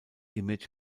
image